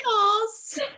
calls